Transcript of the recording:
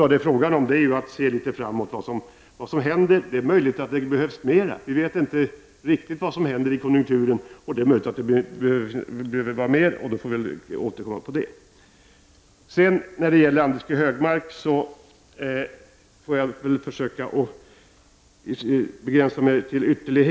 Det gäller att se framåt; vi vet inte riktigt vad som händer med konjunkturen. Det är möjligt att det behövs mera, och då får vi återkomma. Jag får begränsa mig till ytterlighet när jag skall kommentera Anders G Högmarks replik.